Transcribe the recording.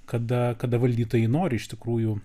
kada kada valdytojai nori iš tikrųjų